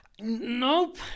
Nope